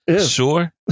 sure